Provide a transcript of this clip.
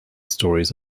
stories